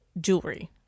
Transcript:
jewelry